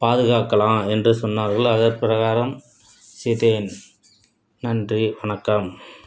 பாதுகாக்கலாம் என்று சொன்னார்கள் அதன் பிரகாரம் செய்தேன் நன்றி வணக்கம்